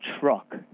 truck